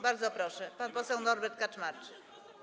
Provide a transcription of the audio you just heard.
Bardzo proszę, pan poseł Norbert Kaczmarczyk.